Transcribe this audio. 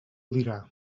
dirà